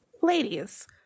ladies